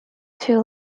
too